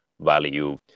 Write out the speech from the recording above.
value